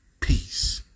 Peace